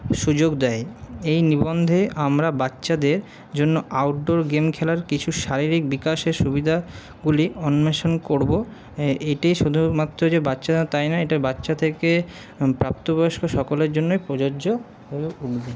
সুযোগ দেয় এই নিবন্ধে আমরা বাচ্চাদের জন্য আউটডোর গেম খেলার কিছু শারীরিক বিকাশের সুবিধাগুলি অন্বেষণ করবো এইটাই শুধুমাত্র যে বাচ্চারা তাই নয় এটা বাচ্চা থেকে প্রাপ্ত বয়স্ক সকলের জন্যই প্রযোজ্য হয়ে উঠবে